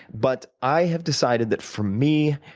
but i have decided that for me,